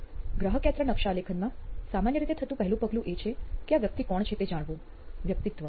ગ્રાહક યાત્રા નકશા આલેખનમાં સામાન્ય રીતે સામેલ થતું પહેલું પગલું એ છે કે આ વ્યક્તિ કોણ છે તે જાણવું વ્યકિતત્વ